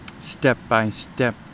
step-by-step